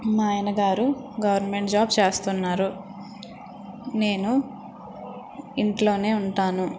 మా ఆయన గారు గవర్నమెంట్ జాబ్ చేస్తున్నారు నేను ఇంట్లోనే ఉంటాను